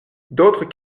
d’autres